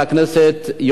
הצעת חוק בתי-המשפט (תיקון מס' 71)